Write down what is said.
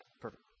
perfect